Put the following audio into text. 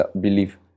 belief